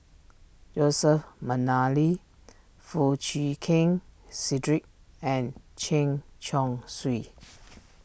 Joseph McNally Foo Chee Keng Cedric and Chen Chong Swee